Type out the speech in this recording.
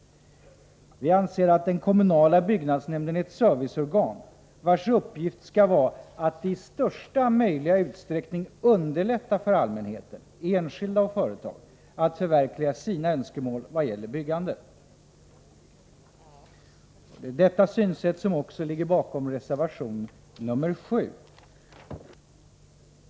Vi anser att den kommunala byggnadsnämnden är ett serviceorgan, vars uppgift skall vara att i största möjliga utsträckning underlätta för allmänheten — enskilda och företag — att förverkliga sina önskemål i vad gäller byggande. Detta synsätt ligger också bakom reservation 7.